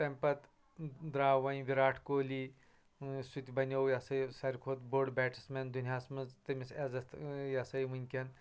تِمہٕ پتہٕ درٲو وۄنۍ وِراٹھ کوہلی سُہ تہِ بنیو یہ ہسا یہِ سٲرِوٕے کھۄتہٕ بۄڈ بیٹس مین دُنیاہَس منٛز یٔمِس عزت یہ ہسا یہِ ؤنکٮ۪ن